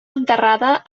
enterrada